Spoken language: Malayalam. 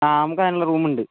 ആ നമുക്ക് അതിനുള്ള റൂമ്ണ്ട്